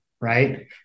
right